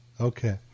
Okay